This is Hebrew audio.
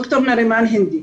ד"ר מרימן הינדי: